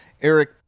Eric